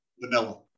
Vanilla